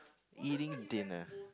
eating dinner